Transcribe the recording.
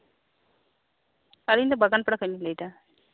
ᱟᱞᱤᱧ ᱫᱚ ᱵᱟᱜᱟᱱᱯᱟᱲᱟ ᱠᱷᱚᱡ ᱞᱤᱧ ᱞᱟᱹᱭ ᱮᱫᱟ